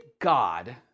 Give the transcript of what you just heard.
God